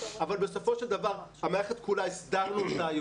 אבל בסופו של דבר הסדרנו את המערכת כולה.